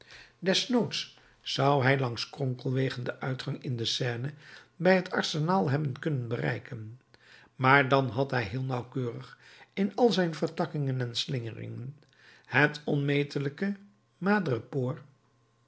desnoods zou hij langs kronkelwegen den uitgang in de seine bij het arsenaal hebben kunnen bereiken maar dan had hij heel nauwkeurig in al zijn vertakkingen en slingeringen het onmetelijke madrepoor